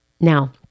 Now